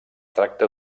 tracta